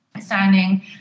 standing